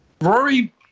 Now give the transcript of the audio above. Rory